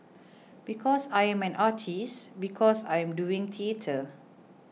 because I am an artist because I am doing theatre